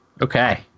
Okay